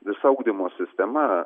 visa ugdymo sistema